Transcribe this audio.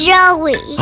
Joey